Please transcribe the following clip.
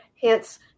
hence